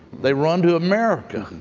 they run to america.